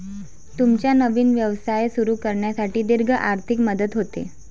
तुमचा नवीन व्यवसाय सुरू करण्यासाठी दीर्घ आर्थिक मदत होते